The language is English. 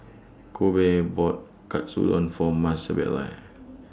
Kobe bought Katsudon For Maebelle